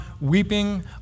weeping